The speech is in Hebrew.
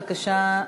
בבקשה,